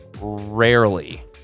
rarely